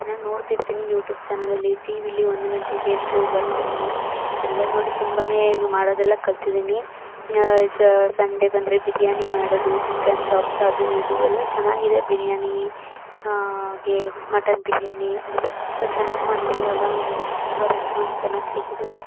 ದಿನಾ ನೋಡ್ತಿರ್ತೀನಿ ಯೂಟೂಬ್ ಚಾನಲಲ್ಲಿ ಟಿವೀಲಿ ಒಂದು ಗಂಟೆಗೆ ಶೋ ಬರ್ತಿರುತ್ತೆ ಅದೆಲ್ಲ ನೋಡಿ ತುಂಬ ಮಾಡೋದೆಲ್ಲ ಕಲ್ತಿದೀನಿ ಸಂಡೆ ಬಂದರೆ ಬಿರ್ಯಾನಿ ಮಾಡೋದು ಚಿಕನ್ ಚಾಬ್ಸ್ ಅದು ಇದು ಎಲ್ಲ ಚೆನ್ನಾಗಿದೆ ಬಿರ್ಯಾನಿ ಗೇ ಮಟನ್ ಬಿರ್ಯಾನಿ ಅದೆಲ್ಲ ತುಂಬ ಚೆನ್ನಾಗಿ ಮಾಡ್ತೀನಿ ಇವಾಗ ನಮ್ಮ ಮನೇಲಿ ತುಂಬ ರೆಸ್ಪಾನ್ಸ್ ಚೆನ್ನಾಗಿ ಸಿಕ್ಕಿದೆ